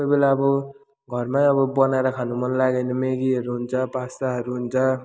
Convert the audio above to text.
कोही बेला अब घरमा अब बनाएर खानु मनलाग्यो भने मेगीहरू हुन्छ पास्ताहरू हुन्छ